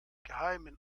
geheimen